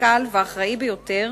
המושכל והאחראי ביותר,